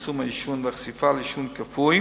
צמצום העישון והחשיפה לעישון כפוי,